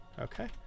Okay